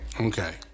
Okay